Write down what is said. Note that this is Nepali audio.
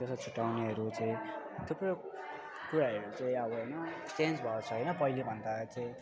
त्यस्तो छुट्याउनेहरू चाहिँ थुप्रै कुराहरू चाहिँ अब होइन चेन्ज भएको छ होइन पहिलाको भन्दा चाहिँ